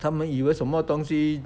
他们以为什么东西